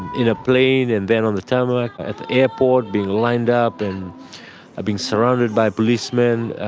in a plane and then on the tarmac, at the airport, being lined up and being surrounded by policemen.